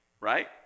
right